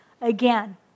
again